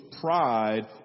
pride